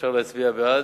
שאפשר להצביע בעד,